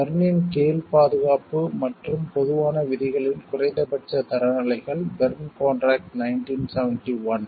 பெர்னின் கீழ் பாதுகாப்பு மற்றும் பொதுவான விதிகளின் குறைந்தபட்ச தரநிலைகள் பெர்ன் கான்ட்ராக்ட் 1971